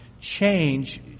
change